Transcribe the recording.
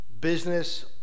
business